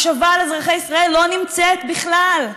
מחשבה על אזרחי ישראל לא נמצאים בהם בכלל,